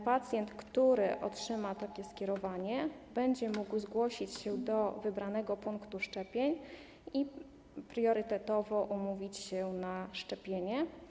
Pacjent, który otrzyma takie skierowanie, będzie mógł zgłosić się do wybranego punktu szczepień i priorytetowo umówić się na szczepienie.